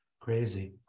Crazy